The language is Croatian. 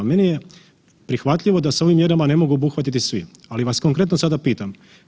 Meni je prihvatljivo da se ovim mjerama ne mogu obuhvatiti svi, ali vas konkretno sada pitam.